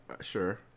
Sure